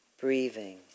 breathing